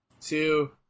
two